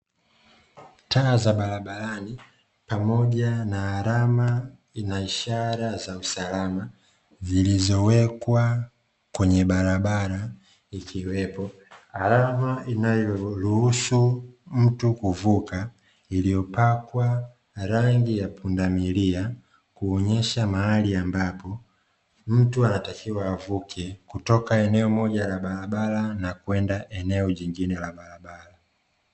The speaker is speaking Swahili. Taa za barabarani pamoja na alama na ishara za usalama, zilizowekwa kwenye barabara. Ikiwepo alama inayoruhusu mtu kuvuka iliyopakwa rangi ya pundamilia, kuonyesha mahali ambapo mtu anatakiwa avuke kutoka eneo moja la barabara na kwenda eneo jingine la barabara.